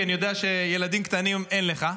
כי אני יודע שילדים קטנים אין לך,